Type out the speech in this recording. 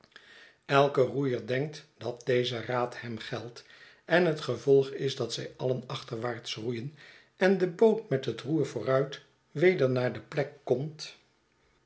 elk roeier denkt dat deze raad hem geldt en het gevolg is dat zij alien achterwaarts roeien en de boot met het roer vooruit weder naar de plek komt